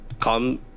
come